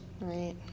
Right